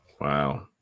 Wow